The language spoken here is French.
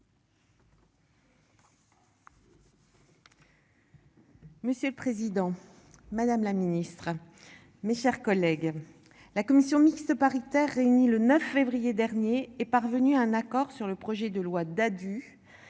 Monsieur le Président Madame la Ministre, mes chers collègues. La commission mixte paritaire réunie le 9 février dernier est parvenu à un accord sur le projet de loi Dadu